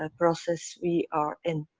ah process we are in.